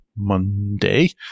Monday